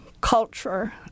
culture